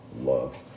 Love